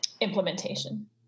implementation